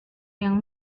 yang